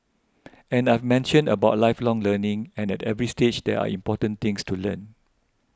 and I've mentioned about lifelong learning and at every stage there are important things to learn